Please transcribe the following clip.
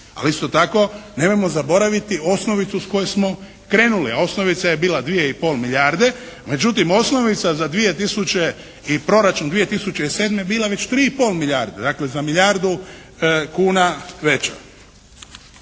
Ali isto tako nemojmo zaboraviti osnovicu s koje smo krenuli, a osnovica je bila 2,5 milijarde, međutim osnovica i proračun za 2007. je bila već 3,5 milijarde, dakle za milijardu kuna veća.